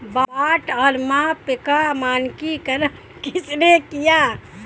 बाट और माप का मानकीकरण किसने किया?